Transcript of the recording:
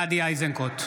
גדי איזנקוט,